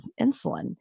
insulin